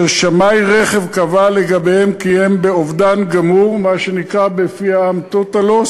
המבטח או של בעל צי רכב גדול שניזוק יתוקן על-ידי מוסך